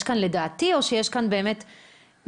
יש כאן לדעתי או שיש כאן באמת מספרים?